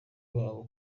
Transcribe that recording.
babo